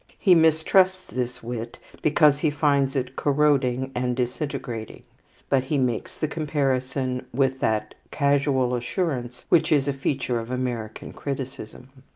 he mistrusts this wit because he finds it corroding and disintegrating but he makes the comparison with that casual assurance which is a feature of american criticism.